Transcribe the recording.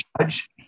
judge